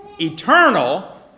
eternal